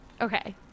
Okay